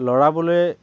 লৰাবলৈ